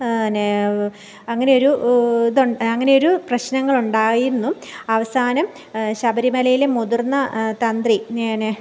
ന് അങ്ങനെ ഒരു ഇത് ഉൺ അങ്ങനെ ഒരു പ്രശ്നങ്ങൾ ഉണ്ടായെന്നും അവസാനം ശബരിമലയിലെ മുതിർന്ന തന്ത്രി ന്